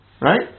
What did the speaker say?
right